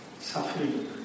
suffering